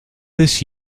this